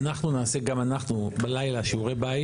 אנחנו נעשה גם אנחנו בלילה שיעורי בית,